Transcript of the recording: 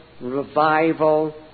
Revival